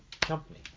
company